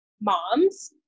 moms